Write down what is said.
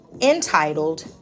entitled